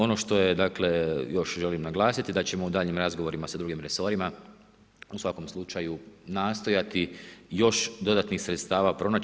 Ono što je dakle, još želim naglasiti da ćemo u daljnjim razgovorima sa drugim resorima u svakom slučaju nastojati još dodatnih sredstava pronaći.